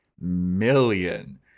million